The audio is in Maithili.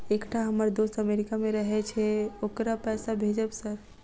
एकटा हम्मर दोस्त अमेरिका मे रहैय छै ओकरा पैसा भेजब सर?